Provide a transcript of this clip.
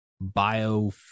bio